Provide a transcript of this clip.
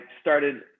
started